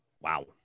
Wow